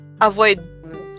avoid